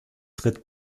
tritt